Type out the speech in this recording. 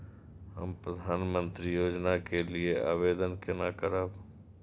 हम प्रधानमंत्री योजना के लिये आवेदन केना करब?